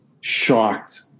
shocked